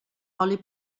oli